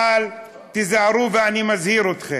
אבל תיזהרו, ואני מזהיר אתכם,